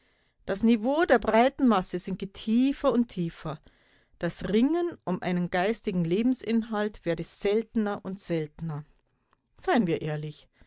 das niveau der breiten masse sinke tiefer und tiefer das ringen um einen geistigen lebensinhalt werde seltener und seltener seien wir ehrlich